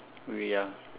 w~ ya